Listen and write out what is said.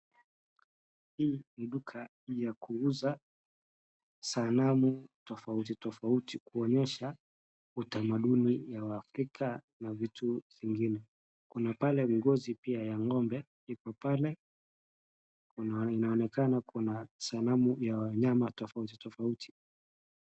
Hii ni duka ya kuuza sabnamu tofauti tofauti. Huonyesha utamaduni ya waafrika na vitu zingine. Kuna pale pia ngozi ya ng'ombe iko pale kunaonekana pia kuna sanamu ya wanyama tofauti tofauti.